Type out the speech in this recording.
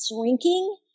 shrinking